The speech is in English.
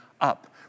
up